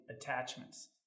attachments